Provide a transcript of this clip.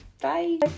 bye